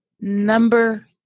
Number